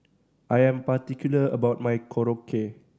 I am particular about my Korokke